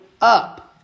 up